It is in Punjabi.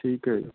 ਠੀਕ ਹੈ ਜੀ